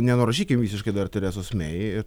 nenurašykim visiškai dar teresos mei